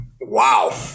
Wow